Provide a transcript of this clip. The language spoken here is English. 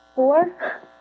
Four